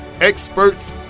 experts